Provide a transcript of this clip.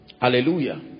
hallelujah